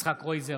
יצחק קרויזר,